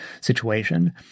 situation